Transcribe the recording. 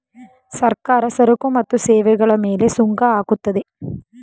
ಸರ್ಕಾರ ಸರಕು ಮತ್ತು ಸೇವೆಗಳ ಮೇಲೆ ಸುಂಕ ಹಾಕುತ್ತದೆ